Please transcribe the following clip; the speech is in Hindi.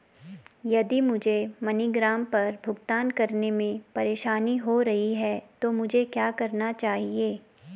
यदि मुझे मनीग्राम पर भुगतान करने में परेशानी हो रही है तो मुझे क्या करना चाहिए?